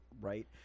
right